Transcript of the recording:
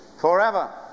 forever